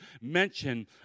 mention